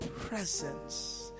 presence